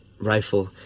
rifle